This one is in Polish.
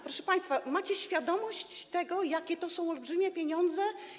Proszę państwa, czy macie świadomość tego, jakie to są olbrzymie pieniądze.